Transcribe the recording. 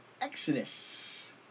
Exodus